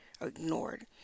ignored